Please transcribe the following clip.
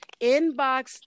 inbox